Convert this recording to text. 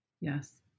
yes